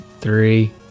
three